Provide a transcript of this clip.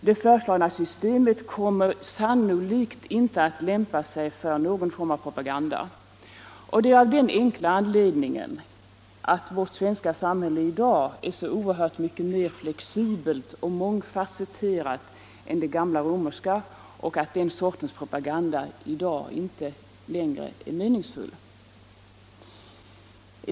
Det föreslagna systemet kommer sannolikt inte att lämpa sig för någon form av propaganda, och detta av den enkla anledningen att vårt svenska samhälle i dag är så oerhört mycket mer flexibelt och mångfasetterat än det gamla romerska att den sortens propaganda i dag inte längre är meningsfull.